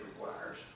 requires